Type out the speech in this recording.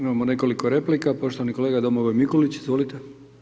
Imamo nekoliko replika, poštovani kolega Domagoj Mikulić, izvolite.